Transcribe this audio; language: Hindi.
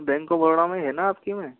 बैंक ऑफ़ बरोड़ा में है ना आपकी में